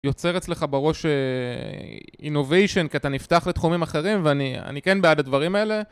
יוצר אצלך בראש אינוביישן, כי אתה נפתח לתחומים אחרים ואני כן בעד הדברים האלה.